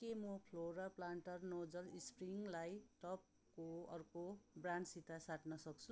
के म Flora planter nozzle स्प्रिङ्कलाई टबको अर्को ब्रान्डसित साट्न सक्छु